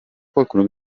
qualcuno